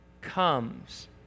comes